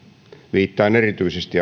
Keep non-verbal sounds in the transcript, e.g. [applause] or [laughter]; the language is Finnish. viittaan erityisesti [unintelligible]